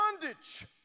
bondage